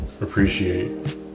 appreciate